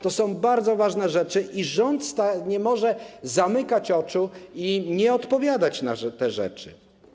To są bardzo ważne rzeczy i rząd nie może zamykać oczu i nie odpowiadać na te sprawy.